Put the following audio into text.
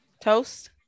Toast